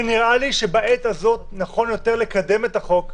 ונראה לי שבעת הזאת נכון יותר לקדם את הצעת החוק,